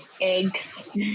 eggs